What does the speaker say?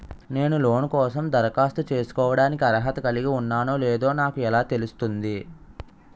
నేను లోన్ కోసం దరఖాస్తు చేసుకోవడానికి అర్హత కలిగి ఉన్నానో లేదో నాకు ఎలా తెలుస్తుంది?